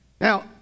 Now